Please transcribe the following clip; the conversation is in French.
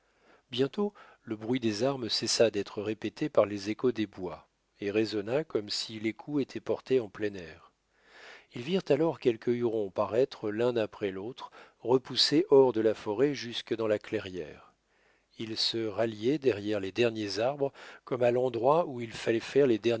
bientôt le bruit des armes cessa d'être répété par les échos des bois et résonna comme si les coups étaient portés en plein air ils virent alors quelques hurons paraître l'un après l'autre repoussés hors de la forêt jusque dans la clairière ils se ralliaient derrière les derniers arbres comme à l'endroit où il fallait faire les